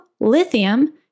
lithium